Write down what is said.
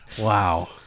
wow